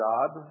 God